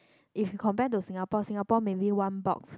if compare to Singapore Singapore maybe one box